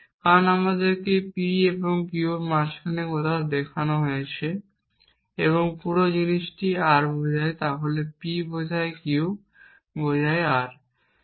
কারণ আমাদেরকে P এবং Q এর মাঝখানে কোথাও দেখানো হয়েছে এবং পুরো জিনিসটি R বোঝায় তাহলে P বোঝায় Q বোঝায় R